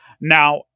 Now